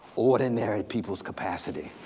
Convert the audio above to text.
ordinary people's capacity.